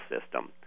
system